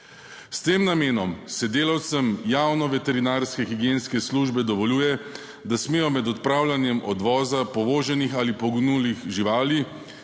S tem namenom se delavcem javne veterinarske higienske službe dovoljuje, da smejo med odpravljanjem odvoza povoženih ali poginulih živali